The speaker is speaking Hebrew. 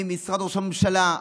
ממשרד ראש הממשלה,